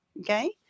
Okay